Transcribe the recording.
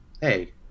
hey